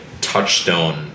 touchstone